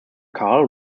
karl